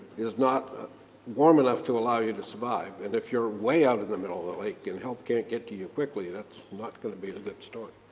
is not ah warm enough to allow you to survive. and if you're way out in the middle of the lake and help can't get to you quickly, that's not going to be a good story.